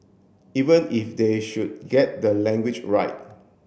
even if they should get the language right